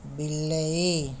ବିଲେଇ